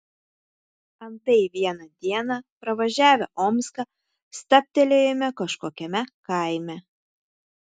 antai vieną dieną pravažiavę omską stabtelėjome kažkokiame kaime